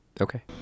Okay